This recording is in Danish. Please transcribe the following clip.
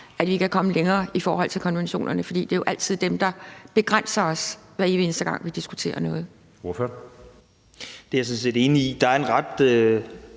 at vi ikke er kommet længere i forhold til konventionerne, for det er altid dem, der begrænser os, hver evig eneste gang vi diskuterer noget.